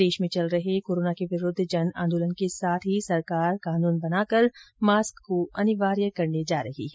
प्रदेश में चल रहे कोरोना के विरूद्व जन आंदोलन के साथ ही सरकार कानून बनाकर मास्क को अनिवार्य करने जा रही है